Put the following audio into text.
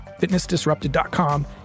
fitnessdisrupted.com